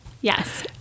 Yes